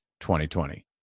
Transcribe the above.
2020